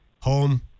home